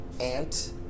ant